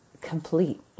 complete